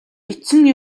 бичсэн